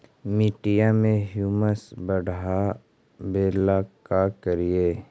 मिट्टियां में ह्यूमस बढ़ाबेला का करिए?